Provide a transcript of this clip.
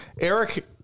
Eric